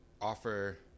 offer